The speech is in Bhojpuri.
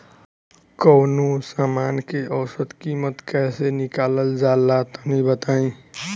कवनो समान के औसत कीमत कैसे निकालल जा ला तनी बताई?